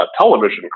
television